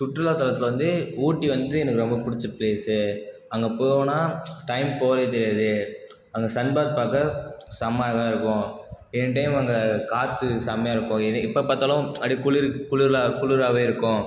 சுற்றுலாத்தலத்தில் வந்து ஊட்டி வந்து எனக்கு ரொம்ப பிடிச்ச பிளேஸ் அங்கே போனா டைம் போகிறதே தெரியாது அங்கே சன்பாத் பார்க்க செம்ம அழகாக இருக்கும் எனி டைம் அங்கே காற்று செம்மையா இருக்கும் எனி எப்போ பார்த்தாலும் அப்படியே குளிர் குளுர்லாம் குளுராகவே இருக்கும்